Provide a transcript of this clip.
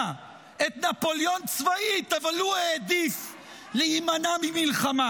את נפוליאון צבאית אבל הוא העדיף להימנע ממלחמה.